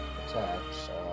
attacks